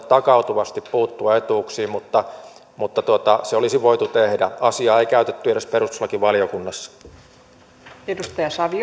takautuvasti puuttua etuuksiin mutta mutta se olisi voitu tehdä asiaa ei käytetty edes perustuslakivaliokunnassa arvoisa